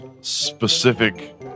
specific